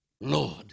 Lord